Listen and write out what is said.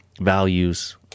values